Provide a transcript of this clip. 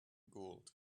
gold